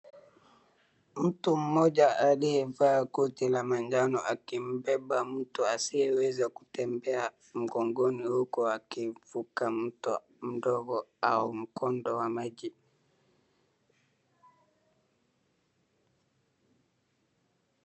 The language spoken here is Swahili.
Mtu mmoja aliyevaa koti la manjano akimbeba mtu asiyeweza kutembea mgongoni huku akivuka mto mdogo au mkondo wa maji.